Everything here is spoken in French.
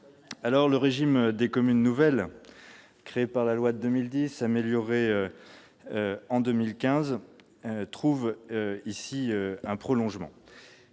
locale. Le régime des communes nouvelles, créé par la loi de 2010, amélioré en 2015, trouve un prolongement